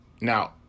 Now